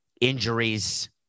injuries